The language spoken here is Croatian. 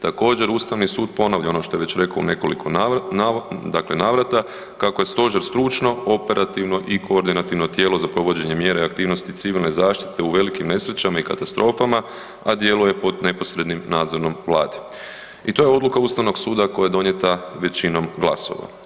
Također ustavni sud ponavlja ono što je već rekao u nekoliko navrata kako je „stožer stručno, operativno i koordinativno tijelo za provođenje mjera i aktivnosti civilne zaštite u velikim nesrećama i katastrofama, a djeluje pod neposrednim nadzorom Vlade“ i to je odluka Ustavnog suda koja je donijeta većinom glasova.